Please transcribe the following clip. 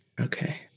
okay